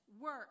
work